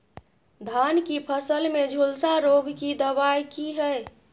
धान की फसल में झुलसा रोग की दबाय की हय?